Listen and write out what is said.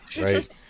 Right